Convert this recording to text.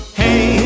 hey